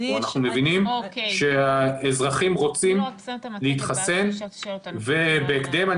אנחנו מבינים שהאזרחים רוצים להתחסן ובהקדם.